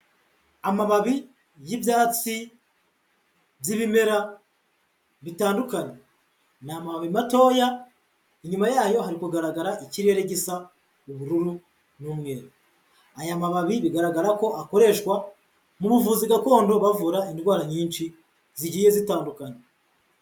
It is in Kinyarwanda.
Amababi y'ibyatsi by'ibimera bitandukanye. Ni amababi matoya, inyuma yayo hari kugaragara ikirere gisa ubururu n'umweru. Aya mababi bigaragara ko akoreshwa mu buvuzi gakondo, bavura indwara nyinshi zigiye gutandukanye.